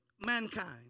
mankind